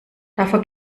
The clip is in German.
dafür